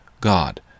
God